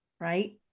right